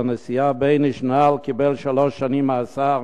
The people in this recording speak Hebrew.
הנשיאה בייניש נעל קיבל שלוש שנים מאסר,